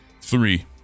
Three